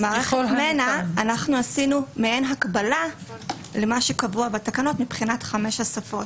במערכת מנע אנחנו עשינו מעין הקבלה למה שקבוע בתקנות מבחינת חמש השפות.